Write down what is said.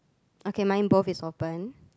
okay mine both is open